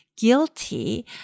guilty